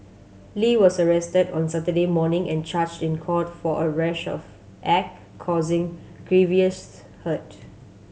Lee was arrested on Saturday morning and charged in court for a rash of act causing grievous hurt